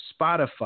Spotify